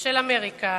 של אמריקה.